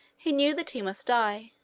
he knew that he must die,